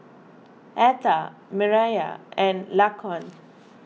Etha Mireya and Laquan